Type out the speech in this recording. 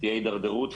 תהיה הדרדרות.